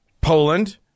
Poland